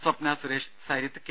Swapna Suresh Sarith K